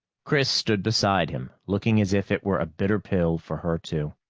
chris stood beside him, looking as if it were a bitter pill for her, too.